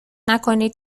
نکنید